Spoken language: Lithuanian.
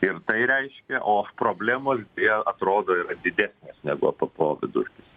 ir tai reiškia o problemos deja atrodo yra didesnės negu ebpo vidurkis